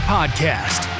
Podcast